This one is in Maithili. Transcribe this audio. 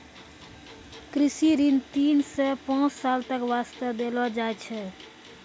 कृषि ऋण तीन सॅ पांच साल तक वास्तॅ देलो जाय छै